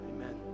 Amen